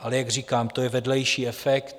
Ale jak říkám, to je vedlejší efekt.